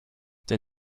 they